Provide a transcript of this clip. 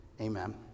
amen